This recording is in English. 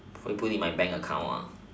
would you put in my bank account ah